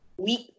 week